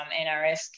NRS